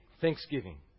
thanksgiving